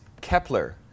Kepler